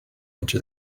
into